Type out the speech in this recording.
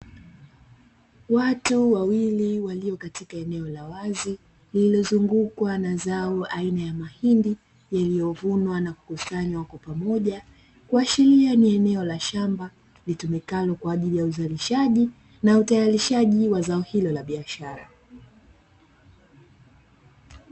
Watu wawili walio katika eneo la wazi lililozungukwa na zao aina ya mahindi yaliovunwa na kukusanywa kwa pamoja, kuashiria ni eneo la shamba litumikalo kwaajili ya uzalishaji na utayarishaji wa zao hilo la biashara.